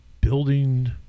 Building